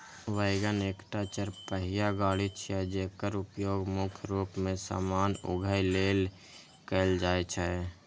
wagon एकटा चरपहिया गाड़ी छियै, जेकर उपयोग मुख्य रूप मे सामान उघै लेल कैल जाइ छै